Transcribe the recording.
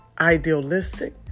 idealistic